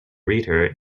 reader